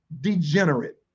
degenerate